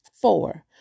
four